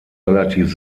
relativ